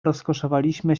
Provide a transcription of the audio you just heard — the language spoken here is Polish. rozkoszowaliśmy